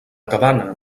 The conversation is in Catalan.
cabana